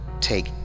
Take